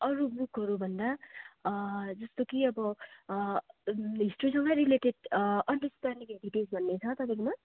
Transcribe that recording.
अरू बुकहरू भन्दा जस्तो कि अब हिस्ट्रीसँगै related understanding as it is भन्ने छ तपाईँकोमा